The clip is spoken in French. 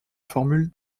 formule